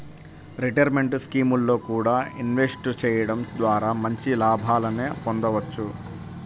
retirement స్కీముల్లో కూడా invest చెయ్యడం ద్వారా మంచి లాభాలనే పొందొచ్చు